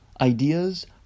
ideas